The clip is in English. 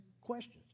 questions